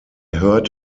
heard